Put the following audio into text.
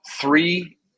three